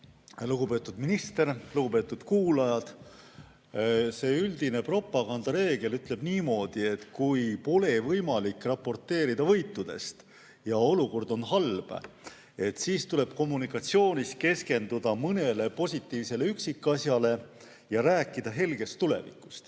Lugupeetud minister! Lugupeetud kuulajad! Üldine propagandareegel ütleb niimoodi, et kui pole võimalik raporteerida võitudest ja olukord on halb, siis tuleb kommunikatsioonis keskenduda mõnele positiivsele üksikasjale ja rääkida helgest tulevikust.